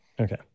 okay